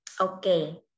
Okay